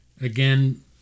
Again